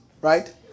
right